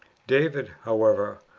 david, however,